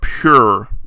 pure